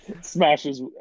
Smashes